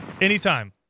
Anytime